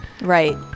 right